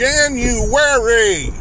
January